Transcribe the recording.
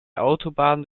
autobahn